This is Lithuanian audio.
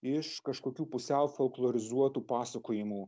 iš kažkokių pusiau folklorizuotų pasakojimų